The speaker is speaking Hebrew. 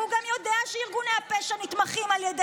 תשע שנים.